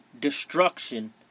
destruction